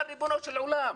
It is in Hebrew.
אבל ריבונו של עולם,